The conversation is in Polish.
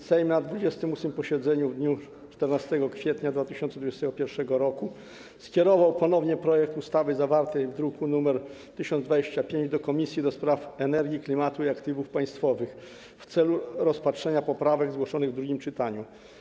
Sejm na 28. posiedzeniu w dniu 14 kwietnia 2021 r. skierował ponownie projekt ustawy zawarty w druku nr 1025 do Komisji do Spraw Energii, Klimatu i Aktywów Państwowych w celu rozpatrzenia poprawek zgłoszonych w drugim czytaniu.